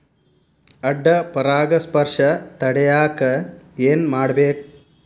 ಅಡ್ಡ ಪರಾಗಸ್ಪರ್ಶ ತಡ್ಯಾಕ ಏನ್ ಮಾಡ್ಬೇಕ್?